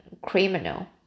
criminal